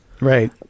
Right